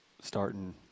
starting